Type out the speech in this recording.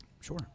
sure